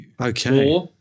Okay